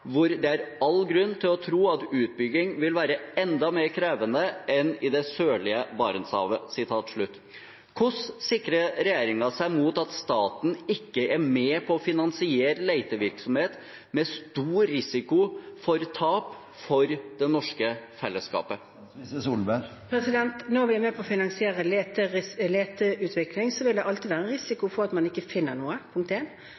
hvor det er all grunn til å tro at utbygging vil være enda mer krevende enn det er i det sørlige Barentshavet Hvordan sikrer regjeringen seg mot at staten ikke er med på å finansiere letevirksomhet med stor risiko for tap for det norske fellesskapet? Når vi er med på å finansiere leteutvikling, vil det – punkt 1 – alltid være en risiko for at man ikke finner noe, og – punkt